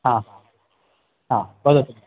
हा हा हा वदतु